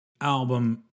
album